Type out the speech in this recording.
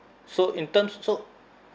so in terms so